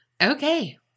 Okay